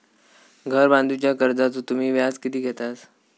घर बांधूच्या कर्जाचो तुम्ही व्याज किती घेतास?